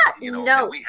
no